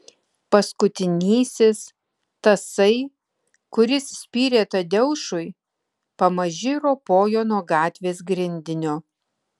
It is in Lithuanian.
paskutinysis tasai kuris spyrė tadeušui pamaži ropojo nuo gatvės grindinio